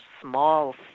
small